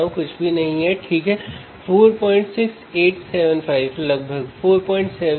तो हम 2 voltage V1 और V2 लागू करेंगे